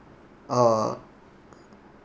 uh